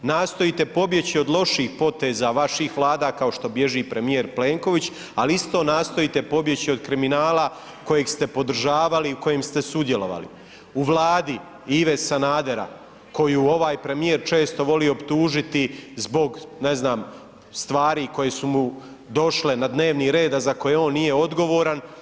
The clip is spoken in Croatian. Nastojite pobjeći od loših poteza vaših Vlada kao što bježi premijer Plenković ali isto nastojite pobjeći od kriminala kojeg ste podržavali i u kojem ste sudjelovali u Vladi Ive Sanadera koju ovaj premijer često voli optužiti zbog ne znam stvari koje su mu došle na dnevni red a za koje on nije odgovoran.